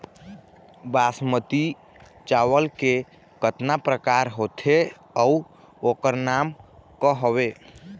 बासमती चावल के कतना प्रकार होथे अउ ओकर नाम क हवे?